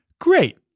Great